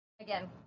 again